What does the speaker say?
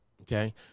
okay